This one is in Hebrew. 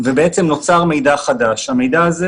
נוצר מידע חדש.